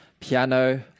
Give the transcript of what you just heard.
piano